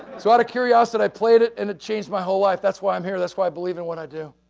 so, out of curiosity, i played it, and it changed my whole life, that's why i'm here, that's why i believe in what i do.